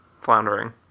Floundering